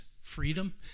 freedom